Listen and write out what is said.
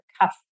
cuff